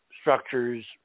structures